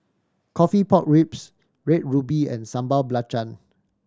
coffee pork ribs Red Ruby and Sambal Belacan